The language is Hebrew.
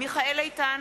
מיכאל איתן,